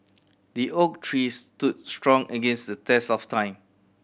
the oak tree stood strong against the test of time